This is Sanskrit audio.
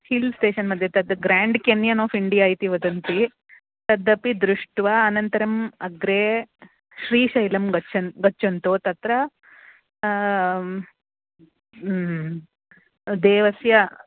हिल् स्टशन् मध्ये तद् ग्राण्ड् केनियन् आफ़् इण्डिया इति वदन्ति तदपि दृष्ट्वा अनन्तरम् अग्रे श्रीशैलं गच्छन्तु गच्छन्तु तत्र देवस्य